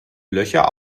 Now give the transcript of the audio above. löcher